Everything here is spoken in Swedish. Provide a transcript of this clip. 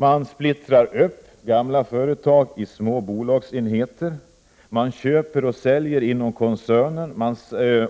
Man splittrar gamla företag i små bolagsenheter. Man köper och säljer inom koncernerna. Man